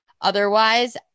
otherwise